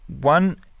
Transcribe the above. one